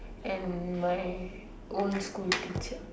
and my old school teacher